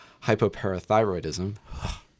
hypoparathyroidism